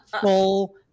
full